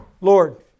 Lord